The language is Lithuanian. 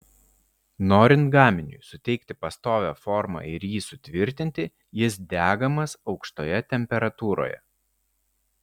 norint gaminiui suteikti pastovią formą ir jį sutvirtinti jis degamas aukštoje temperatūroje